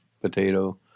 potato